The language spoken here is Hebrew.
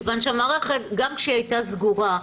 מכיוון שהמערכת גם כשהיא הייתה סגורה,